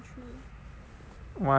why